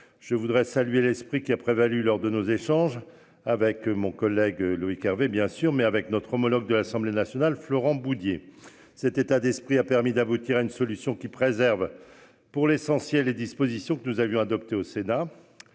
Je voudrais saluer l'esprit qui a prévalu lors de nos échanges avec mon collègue Loïc Hervé bien sûr mais avec notre homologue de l'Assemblée nationale. Florent Boudié, cet état d'esprit a permis d'aboutir à une solution qui préserve. Pour l'essentiel les dispositions que nous avions adopté au Sénat.